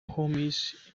homies